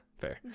fair